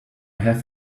have